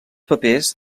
papers